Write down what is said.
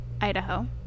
Idaho